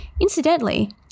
incidentally